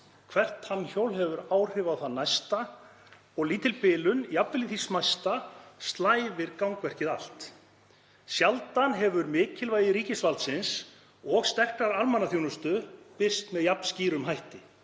hvert tannhjól hefur áhrif á það næsta og lítil bilun, jafnvel í því smæsta, slævir gangverkið allt. Sjaldan hefur mikilvægi ríkisvaldsins og sterkrar almannaþjónustu birst með jafn skýrum hætti